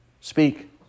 speak